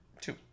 two